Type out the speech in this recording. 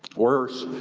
worse,